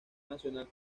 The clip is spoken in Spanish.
nacional